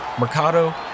Mercado